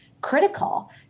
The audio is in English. critical